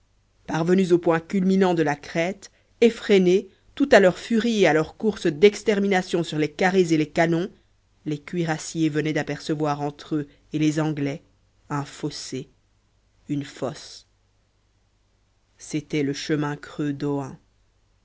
parvenus au point culminant de la crête effrénés tout à leur furie et à leur course d'extermination sur les carrés et les canons les cuirassiers venaient d'apercevoir entre eux et les anglais un fossé une fosse c'était le chemin creux